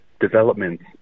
developments